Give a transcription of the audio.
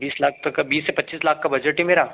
बीस लाख तक का बीस से पच्चीस लाख का बजट है मेरा